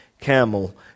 camel